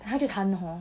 他就弹了 hor